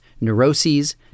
neuroses